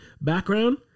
Background